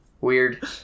Weird